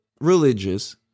religious